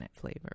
flavor